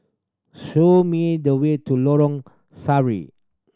show me the way to Lorong Sari